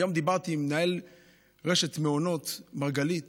היום דיברתי עם מנהל רשת מעונות מרגלית